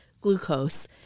glucose